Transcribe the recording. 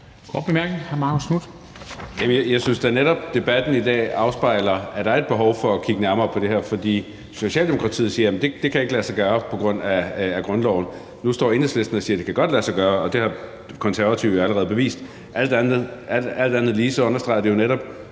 da netop, at debatten i dag afspejler, at der er et behov for at kigge nærmere på det her. For Socialdemokratiet siger, at det ikke kan lade sig gøre på grund af grundloven, og nu står Enhedslisten og siger, at det godt kan lade sig gøre. Det har Konservative jo allerede bevist at det kan. Alt andet lige understreger det jo netop